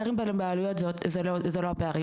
הפערים בעלויות זה לא הפערים,